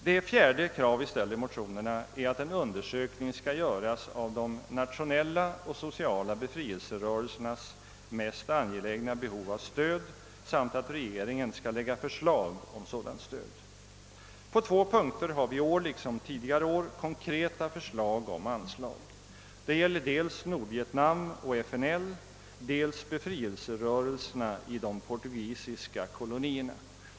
Det fjärde krav vi ställer i motionerna är att en undersökning skall göras av de nationella och sociala befrielserörelsernas mest angelägna behov av stöd samt att regeringen skall framlägga förslag om sådant stöd. På två punkter har vi i år liksom tidigare år framlagt konkreta förslag om anslag. Det gäller dels Nordvietnam och FNL, dels befrielserörelserna i de portugisiska kolonierna.